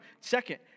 Second